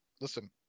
listen